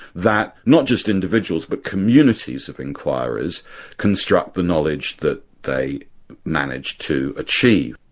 that not just individuals but communities of enquirers construct the knowledge that they manage to achieve.